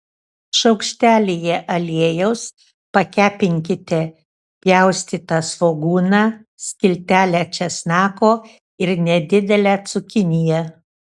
šaukštelyje aliejaus pakepinkite pjaustytą svogūną skiltelę česnako ir nedidelę cukiniją